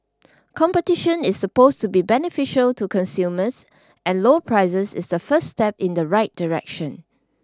competition is supposed to be beneficial to consumers and lower prices is the first step in the right direction